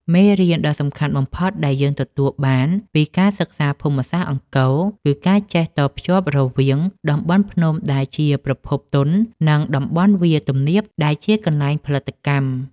មេរៀនដ៏សំខាន់បំផុតដែលយើងទទួលបានពីការសិក្សាភូមិសាស្ត្រអង្គរ គឺការចេះតភ្ជាប់រវាង តំបន់ភ្នំដែលជាប្រភពទុន និង តំបន់វាលទំនាបដែលជាកន្លែងផលិតកម្ម។